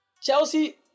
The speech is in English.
Chelsea